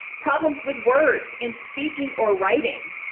problems with words in speaking or writing